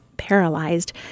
paralyzed